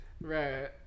Right